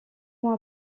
mois